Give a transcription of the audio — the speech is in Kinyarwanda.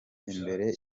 imbere